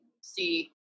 see